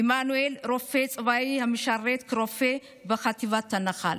עמנואל, רופא צבאי המשרת כרופא בחטיבת הנח"ל,